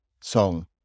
song